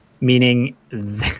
meaning